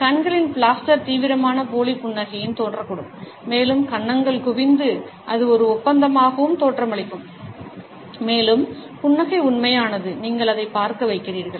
கண்களில் பிளாஸ்டர் தீவிரமான போலி புன்னகையிலும் தோன்றக்கூடும் மேலும் கன்னங்கள் குவிந்து அது ஒரு ஒப்பந்தமாகவும் தோற்றமளிக்கும் மேலும் புன்னகை உண்மையானது நீங்கள் அதைப் பார்க்க வைக்கிறீர்கள்